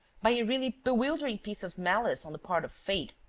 by a really bewildering piece of malice on the part of fate,